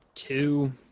Two